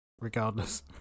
regardless